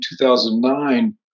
2009